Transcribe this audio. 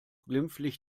glimpflich